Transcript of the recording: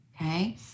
Okay